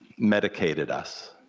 medicated us.